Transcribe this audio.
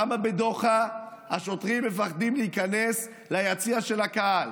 למה בדוחא השוטרים מפחדים להיכנס ליציע של הקהל?